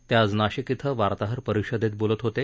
ते आज नाशिक डिं वार्ताहर परिषदेत बोलत होते